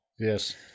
Yes